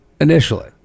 initially